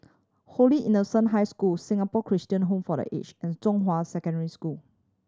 Holy Innocent High School Singapore Christian Home for The Aged and Zhonghua Secondary School